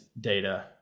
data